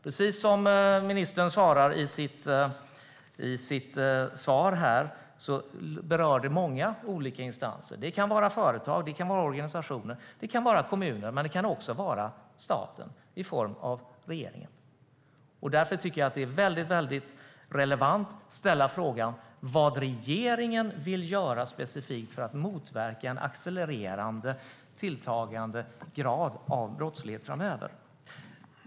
Precis som ministern säger i sitt svar berör det många olika instanser. Det kan vara företag, organisationer och kommuner, men det kan också vara staten i form av regeringen. Därför tycker jag att det är mycket relevant att ställa frågan vad regeringen vill göra specifikt för att motverka en tilltagande grad av brottslighet framöver.